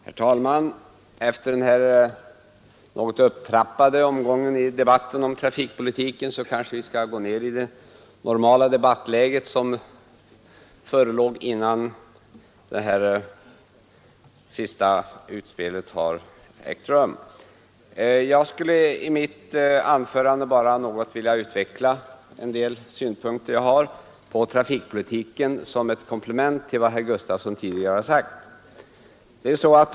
Herr talman! Efter denna något upptrappade omgång i debatten om trafikpolitiken skall vi kanske gå ned till det normala debattläge som förelåg innan statsrådet gick in i debatten. Jag skulle i mitt anförande något vilja utveckla en del synpunkter som jag har på trafikpolitiken, såsom ett komplement till vad herr Gustafson i Göteborg tidigare har sagt.